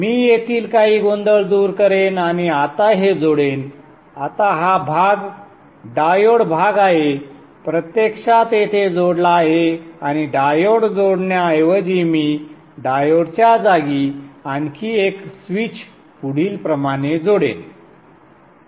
मी येथील काही गोंधळ दूर करेन आणि आता हे जोडेन आता हा भाग डायोड भाग आहे प्रत्यक्षात येथे जोडला आहे आणि डायोड जोडण्याऐवजी मी डायोडच्या जागी आणखी एक स्विच पुढीलप्रमाणे जोडेन